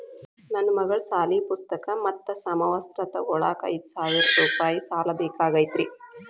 ನನ್ನ ಮಗಳ ಸಾಲಿ ಪುಸ್ತಕ್ ಮತ್ತ ಸಮವಸ್ತ್ರ ತೊಗೋಳಾಕ್ ಐದು ಸಾವಿರ ರೂಪಾಯಿ ಸಾಲ ಬೇಕಾಗೈತ್ರಿ